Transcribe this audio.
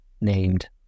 named